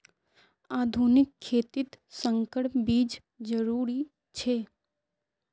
आधुनिक खेतित संकर बीज जरुरी छे